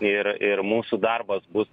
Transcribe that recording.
ir ir mūsų darbas bus